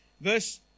Verse